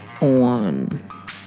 on